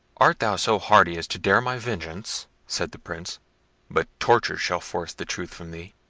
art thou so hardy as to dare my vengeance? said the prince but tortures shall force the truth from thee.